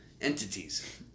entities